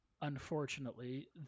unfortunately